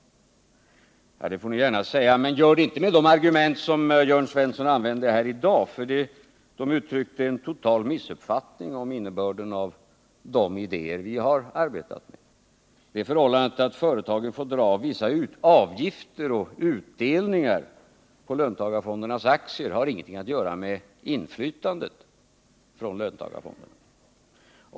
Ja, det får ni gärna påstå, men inte med de argument som Jörn Svensson använde här i dag — de uttryckte nämligen en total missuppfattning av innebörden i de idéer som vi har arbetat med. Det förhållandet att företagen får dra av vissa avgifter och utdelningar på löntagarfondernas aktier har inget att göra med det inflytande som skall utövas via löntagarfonderna.